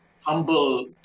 humble